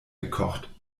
gekocht